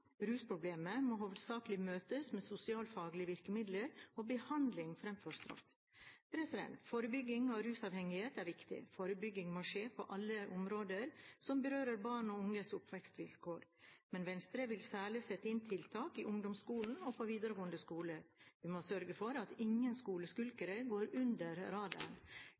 Rusproblemet må hovedsakelig møtes med sosialfaglige virkemidler og behandling fremfor straff. Forebygging av rusavhengighet er viktig. Forebygging må skje på alle områder som berører barn og unges oppvekstvilkår, men Venstre vil særlig sette inn tiltak i ungdomsskolen og på videregående skoler. Vi må sørge for at ingen skoleskulkere går «under radaren».